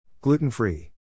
Gluten-free